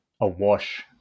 awash